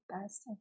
best